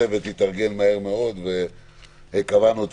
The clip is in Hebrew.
הצוות התארגן מהר מאוד וקבענו את